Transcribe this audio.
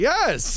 Yes